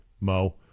Mo